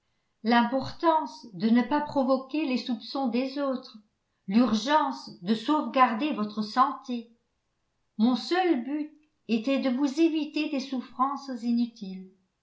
l'importance de ne pas provoquer les soupçons des autres l'urgence de sauvegarder votre santé mon seul but était de vous éviter des souffrances inutiles